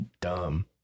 dumb